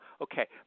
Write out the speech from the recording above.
Okay